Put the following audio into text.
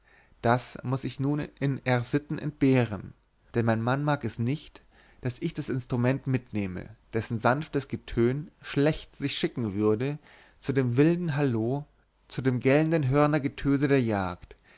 das muß ich nun in r sitten entbehren denn mein mann mag es nicht daß ich das instrument mitnehme dessen sanftes getön schlecht sich schicken würde zu dem wilden halloh zu dem gellenden hörnergetöse der jagd